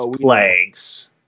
plagues